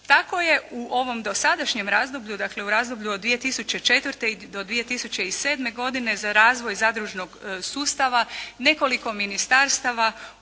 Tako je u ovom dosadašnjem razdoblju, dakle u razdoblju od 2004. do 2007. godine za razvoj zadružnog sustava nekoliko ministarstava